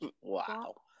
Wow